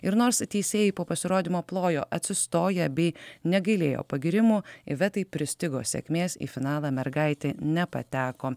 ir nors teisėjai po pasirodymo plojo atsistoję bei negailėjo pagyrimų ivetai pristigo sėkmės į finalą mergaitė nepateko